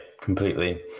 completely